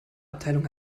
abteilung